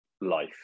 life